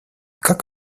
как